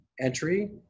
entry